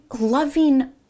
loving